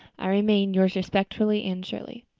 i remain, yours respectfully, anne shirley.